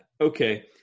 Okay